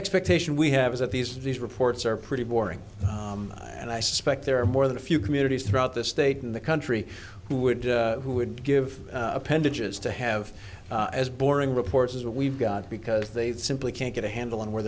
expectation we have is that these these reports are pretty boring and i suspect there are more than a few communities throughout the state in the country who would who would give appendages to have as boring reports as we've got because they simply can't get a handle on where